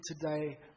today